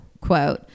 quote